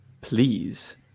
please